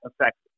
affects